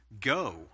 go